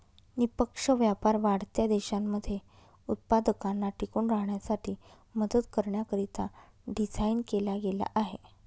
निष्पक्ष व्यापार वाढत्या देशांमध्ये उत्पादकांना टिकून राहण्यासाठी मदत करण्याकरिता डिझाईन केला गेला आहे